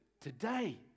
Today